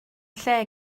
lle